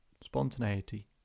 spontaneity